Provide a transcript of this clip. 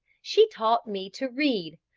she taught me to read,